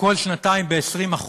כל שנתיים ב-20%,